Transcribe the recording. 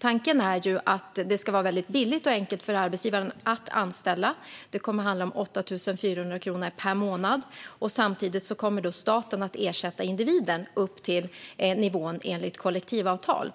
Tanken är ju att det ska vara väldigt billigt och enkelt för arbetsgivaren att anställa; det kommer att handla om 8 400 kronor per månad, och samtidigt kommer staten att ersätta individen upp till den nivå som gäller enligt kollektivavtal.